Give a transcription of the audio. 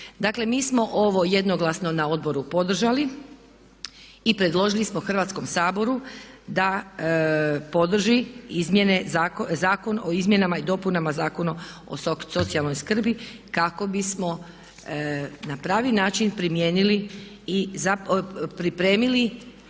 Dakle, mi smo ovo jednoglasno na odboru podržali i predložili smo Hrvatskom saboru da podrži izmjene, Zakon o izmjenama i dopunama Zakona o socijalnoj skrbi kako bismo na pravi način primijenili i pripremili